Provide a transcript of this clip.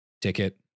Ticket